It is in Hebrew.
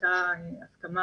הייתה הסכמה